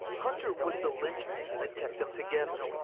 hunter was the lynchpin that kept them together.